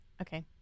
Okay